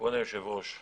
כבוד היושב-ראש,